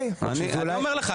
אני אומר לך.